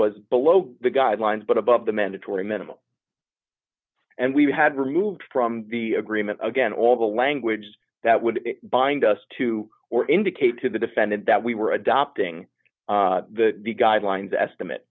was below the guidelines but above the mandatory minimum and we had removed from the agreement again all the language that would bind us to or indicate to the defendant that we were adopting the guidelines estimate